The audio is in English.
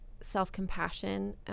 self-compassion